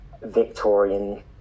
Victorian